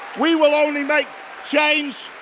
we will only make change